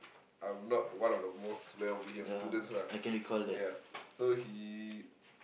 I'm one of the most well behaved students lah yeah so he